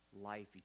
Life